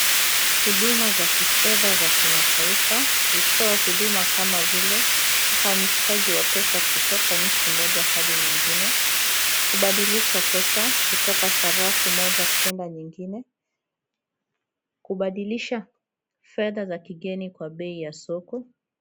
Huduma za kifedha za kimataifa hutoa huduma kama vile, uhamishaji wa pesa kutoka nchi moja hadi nyingine, kubadilisha pesa kutoka sarafu moja kwenda nyingine, kubadilisha fedha za kigeni kwa bei ya soko...